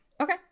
Okay